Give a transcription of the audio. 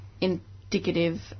indicative